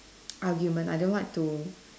argument I don't like to